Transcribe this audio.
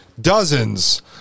dozens